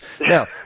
Now